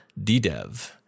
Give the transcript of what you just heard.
ddev